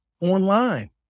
online